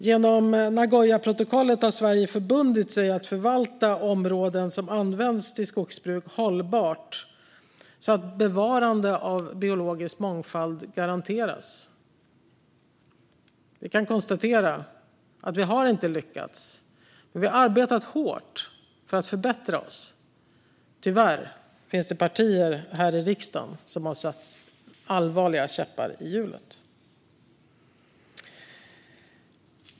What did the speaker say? Genom Nagoyaprotokollet har Sverige förbundit sig att hållbart förvalta områden som används till skogsbruk, så att bevarande av biologisk mångfald garanteras. Vi kan konstatera att vi inte har lyckats, men vi har arbetat hårt för att förbättra oss. Tyvärr finns det partier här i riksdagen som har satt allvarliga käppar i hjulet.